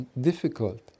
difficult